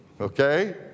Okay